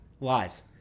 lies